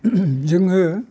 जोङो